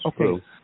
okay